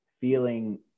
feeling